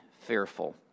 fearful